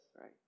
Right